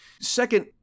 Second